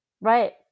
Right